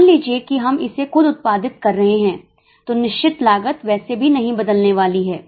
मान लीजिए कि हम इसे खुद उत्पादित कर रहे हैं तो निश्चित लागत वैसे भी नहीं बदलने वाली है